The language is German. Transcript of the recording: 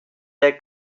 der